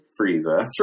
Frieza